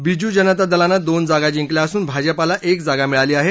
बिजू जनता दलानं दोन जागा जिंकल्या असून भाजपाला एक जागा मिळाली आहे